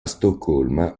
stoccolma